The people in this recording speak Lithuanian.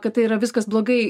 kad tai yra viskas blogai